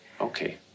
Okay